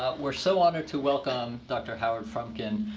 ah we're so honored to welcome dr. howard frumkin,